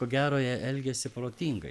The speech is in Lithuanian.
ko gero jie elgėsi protingai